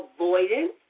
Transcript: avoidance